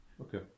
Okay